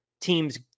teams